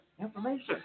information